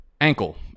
ankle